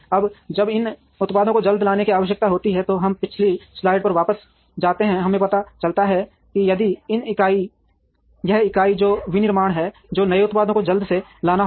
अब जब नए उत्पादों को जल्दी लाने की आवश्यकता होती है तो हम पिछली स्लाइड पर वापस जाते हैं हमें पता चलता है कि यदि यह इकाई जो विनिर्माण है तो नए उत्पादों को जल्दी से लाना होगा